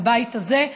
בבית הזה,